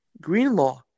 Greenlaw